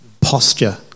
posture